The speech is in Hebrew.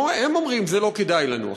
גם הם אומרים: זה לא כדאי לנו.